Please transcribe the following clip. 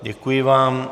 Děkuji vám.